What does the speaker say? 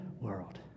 world